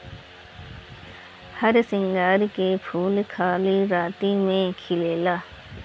हरसिंगार के फूल खाली राती में खिलेला